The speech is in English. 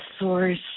source